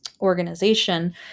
organization